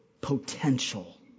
potential